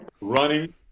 running